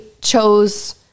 chose